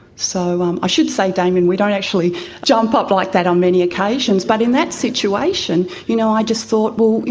so um i should say, damien, we don't actually jump up like that on many occasions, but in that situation you know i just thought, well,